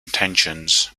intentions